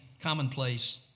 commonplace